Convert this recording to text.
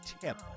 tip